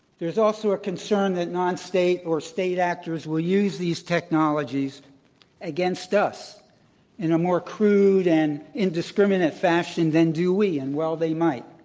there's also a concern that nonstate or state actors will use these technologies against us in a more crude and indiscriminate fashion than do we. and well, they might.